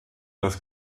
das